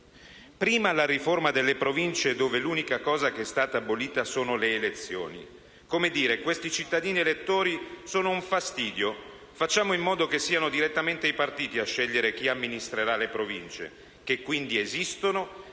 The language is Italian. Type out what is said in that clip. stata la riforma delle Province, con cui l'unica cosa che è stata abolita sono le elezioni, come a dire: «Questi cittadini elettori sono un fastidio, facciamo in modo che siano direttamente i partiti a scegliere chi amministrerà le Province», che quindi esistono